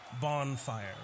bonfire